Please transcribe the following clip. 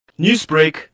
Newsbreak